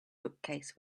bookcase